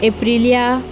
Aprilia